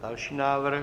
Další návrh?